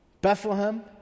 Bethlehem